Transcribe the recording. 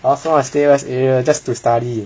I also want to stay west area just to study